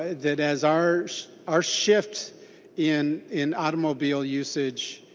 that is our our shift in in automobile usage